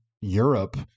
Europe